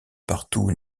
partout